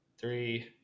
Three